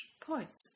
points